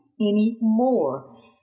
anymore